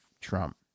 Trump